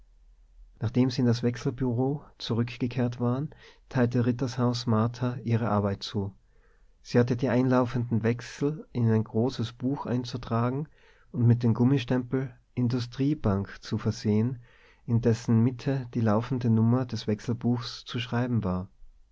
nachdem sie in das wechselbureau zurückgekehrt waren teilte rittershaus martha ihre arbeit zu sie hatte die einlaufenden wechsel in ein großes buch einzutragen und mit dem gummistempel industriebank zu versehen in dessen mitte die laufende nummer des wechselbuchs zu schreiben war